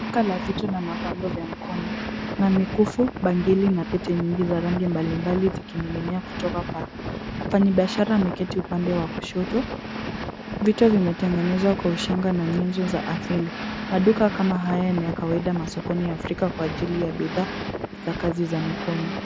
Duka la vito na mapambo vya mkono, kuna mikufu, bangili na pete nyingi za rangi mbalimbali zikining'inia kutoka paa. Mfanyibiashara ameketi upande wa kushoto, vito vimetengenezwa kwa ushanga na nyenzo za asili. Maduka kama haya ni ya kawaida masokoni ya afrika kwa ajili ya bidhaa za kazi za mikono.